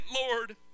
Lord